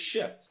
shift